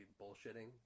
bullshitting